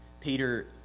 Peter